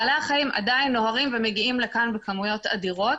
בעלי החיים עדיין נוהרים ומגיעים לכאן בכמויות אדירות.